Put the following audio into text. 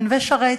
בנווה-שרת,